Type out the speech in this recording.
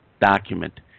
document